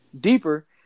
deeper